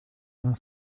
vingt